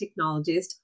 technologist